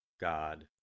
God